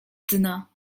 dna